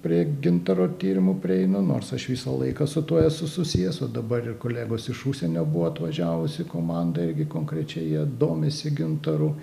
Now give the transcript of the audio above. prie gintaro tyrimų prieinu nors aš visą laiką su tuo esu susijęs o dabar ir kolegos iš užsienio buvo atvažiavusi komanda irgi konkrečiai jie domisi gintaru